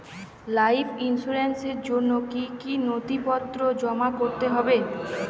Life ইন্সুরেন্সর জন্য জন্য কি কি নথিপত্র জমা করতে হবে?